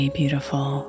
beautiful